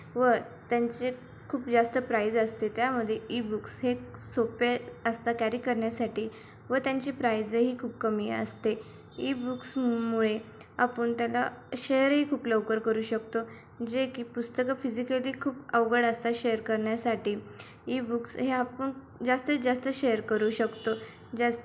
व त्यांचे खूप जास्त प्राईझ असते त्यामध्ये ई बुक्स हे सोपे असतात कॅरी करण्यासाठी व त्यांची प्राईझही खूप कमी असते ई बुक्समुळे आपण त्यांना शेअर ही खूप लवकर करू शकतो जे की पुस्तकं फिजिकली खूप अवघड असतात शेअर करण्यासाठी ई बुक्स हे आपण जास्तीत जास्त शेअर करू शकतो जास्त